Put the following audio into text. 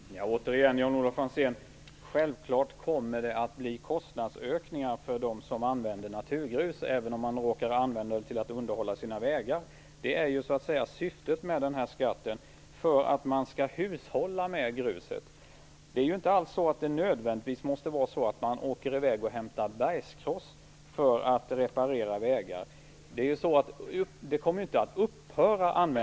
Herr talman! Återigen, Jan-Olof Franzén: Självklart kommer det att bli kostnadsökningar för dem som använder naturgrus, även om de råkar använda det till att underhålla sina vägar. Det är ju så att säga syftet med den här skatten - att man skall hushålla med gruset. Man måste inte alls nödvändigtvis åka i väg och hämta bergskross för att reparera vägar. Användningen av naturgrus kommer ju inte att upphöra.